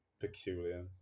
peculiar